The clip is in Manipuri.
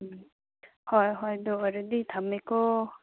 ꯎꯝ ꯍꯣꯏ ꯍꯣꯏ ꯑꯗꯨ ꯑꯣꯏꯔꯗꯤ ꯊꯝꯃꯦꯀꯣ